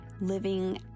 living